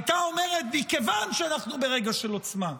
הייתה אומרת: מכיוון שאנחנו ברגע של עוצמה,